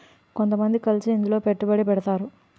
కొంతమంది కలిసి ఇందులో పెట్టుబడి పెడతారు